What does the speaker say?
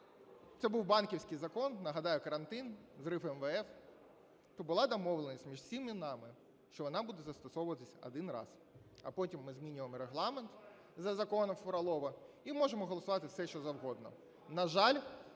це був банківський закон, нагадаю, карантин, з грифом МВФ, то була домовленість між всіма нами, що вона буде застосовуватись один раз. А потім ми змінюємо Регламент за законом Фролова і можемо голосувати все, що завгодно.